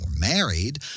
married